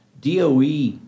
DOE